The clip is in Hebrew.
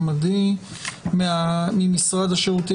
ממשרד העבודה,